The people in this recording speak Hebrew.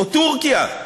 או טורקיה?